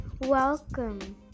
welcome